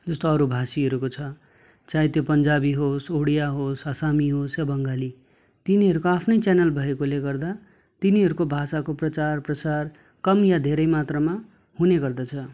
जस्तो अरू भाषीहरूको छ चाहे त्यो पन्जाबी होस् उडिया होस् असमी होस् या बङ्गाली तिनीहरूको आफ्नो च्यानल भएकाले गर्दा तिनीहरूको भाषाको प्रचार प्रसार कम या धेरै मत्रामा हुने गर्दछ